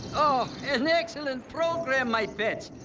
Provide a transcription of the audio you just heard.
oh, an excellent program, my pets.